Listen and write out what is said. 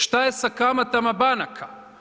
Šta je sa kamatama banaka?